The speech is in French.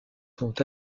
sont